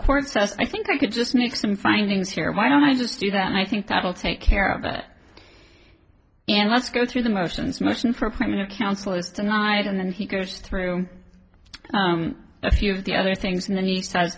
court says i think i could just make some findings here why don't i just do that i think that'll take care of it and let's go through the motions motion for criminal counselors tonight and then he goes through a few of the other things and then he sa